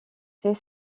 fait